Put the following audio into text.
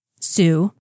Sue